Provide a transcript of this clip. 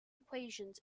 equations